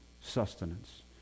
sustenance